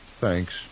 thanks